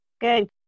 Good